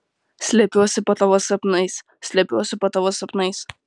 slepiuosi po tavo sapnais slepiuosi po tavo sapnais